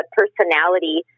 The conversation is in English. personality